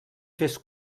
fes